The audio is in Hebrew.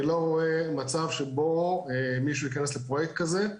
אני לא רואה מצב שבו מישהו יכנס לפרויקט כזה,